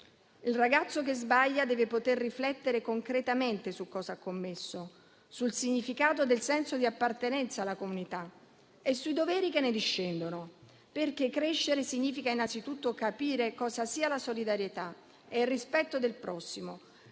Il ragazzo che sbaglia deve poter riflettere concretamente su cosa ha commesso, sul significato del senso di appartenenza alla comunità e sui doveri che ne discendono, perché crescere significa innanzitutto capire cosa sia la solidarietà e il rispetto del prossimo,